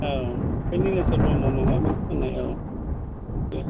औ बे निलेस्वर ब्रम्ह' माबामोन खननाय औ